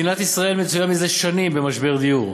מדינת ישראל נתונה זה שנים במשבר דיור.